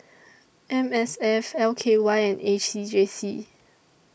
M S F L K Y and A C J C